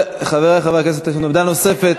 חברי חברי הכנסת, יש לנו עמדה נוספת.